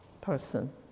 person